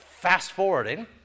fast-forwarding